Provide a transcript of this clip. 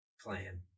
plan